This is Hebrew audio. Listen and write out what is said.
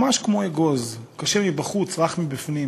ממש כמו אגוז, קשה מבחוץ, רך מבפנים,